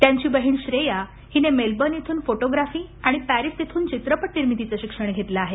त्यांची बहीण श्रेया हिने मेलबर्न इथून फोटोग्राफी आणि पॅरिस इथून चित्रपट निर्मितीचे शिक्षण घेतले आहे